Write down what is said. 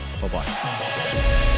Bye-bye